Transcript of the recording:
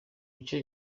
bice